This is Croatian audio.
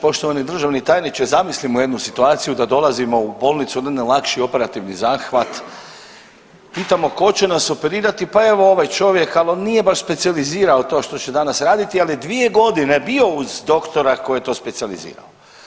Poštovani državni tajniče, zamislimo jednu situaciju da dolazimo u bolnicu na jedan lakši operativni zahvat, pitamo ko će nas operirati, pa evo ovaj čovjek, al on nije baš specijalizirao to što će danas raditi, ali je 2.g. bio uz doktora koji je to specijalizirao.